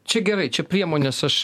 čia gerai čia priemonės aš